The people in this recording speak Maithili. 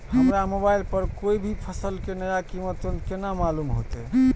हमरा मोबाइल पर कोई भी फसल के नया कीमत तुरंत केना मालूम होते?